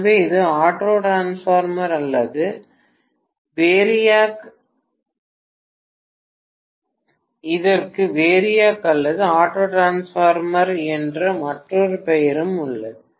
எனவே இது auto transformer அல்லது வேரியாக் இதற்கு வேரியாக் அல்லது ஆட்டோ டிரான்ஸ்பார்மர் என்ற மற்றொரு பெயரும் உள்ளது